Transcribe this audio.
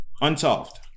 unsolved